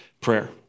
prayer